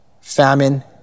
famine